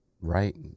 Right